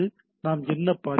நாம் என்ன பார்க்கிறோம்